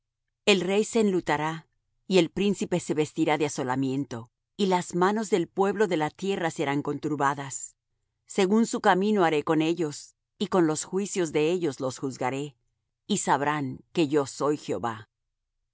el rey se enlutará y el príncipe se vestirá de asolamiento y las manos del pueblo de la tierra serán conturbadas según su camino haré con ellos y con los juicios de ellos los juzgaré y sabrán que yo soy jehová y